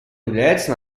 является